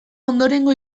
ondorengo